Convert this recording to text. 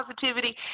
positivity